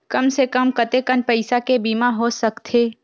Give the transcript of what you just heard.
कम से कम कतेकन पईसा के बीमा हो सकथे?